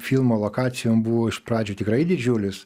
filmo lokacijom buvo iš pradžių tikrai didžiulis